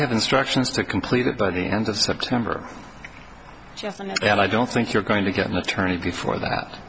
have instructions to complete that by the end of september and i don't think you're going to get an attorney before that